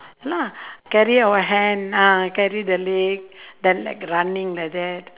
ya lah carry our hand ah carry the leg then like running like that